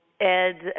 Ed